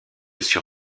sur